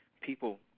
People